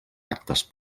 actes